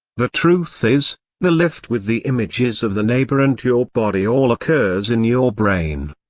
the truth is the lift with the images of the neighbor and your body all occurs in your brain.